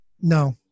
no